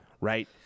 Right